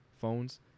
phones